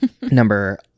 Number